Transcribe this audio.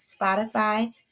Spotify